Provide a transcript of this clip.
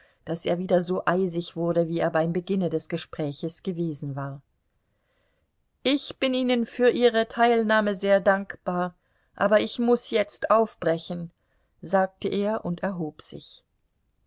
daß er wieder so eisig wurde wie er beim beginne des gespräches gewesen war ich bin ihnen für ihre teilnahme sehr dankbar aber ich muß jetzt aufbrechen sagte er und erhob sich